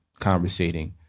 conversating